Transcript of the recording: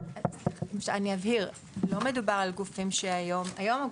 אני אבהיר: לא מדובר על הגופים היום.